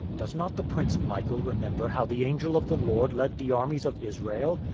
does not the prince michael remember how the angel of the lord led the armies of israel,